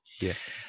Yes